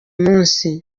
munsi